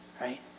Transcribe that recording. right